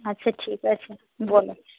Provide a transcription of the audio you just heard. আচ্ছা ঠিক আছে বলো